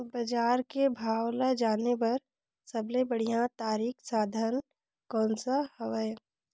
बजार के भाव ला जाने बार सबले बढ़िया तारिक साधन कोन सा हवय?